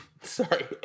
sorry